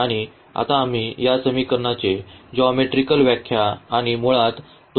आणि आता आम्ही या समीकरांचे जिओमेट्रीकल व्याख्या आणि मुळात तोडगा शोधत आहोत